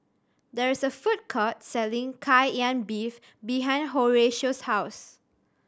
there is a food court selling Kai Lan Beef behind Horatio's house